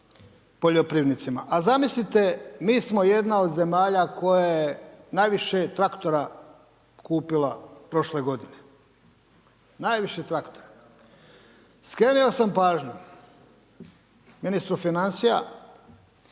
poljoprivrednicima. A zamislite mi smo jedna od zemalja koja je najviše traktora kupila prošle godine. Najviše traktora. Skrenuo sam pažnju ministru financija